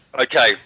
Okay